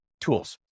tools